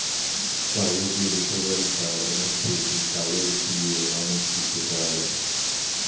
কাগজের উপকারিতা অনেক বেশি, কাগজ দিয়ে অনেক কিছু করা যায়